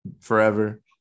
Forever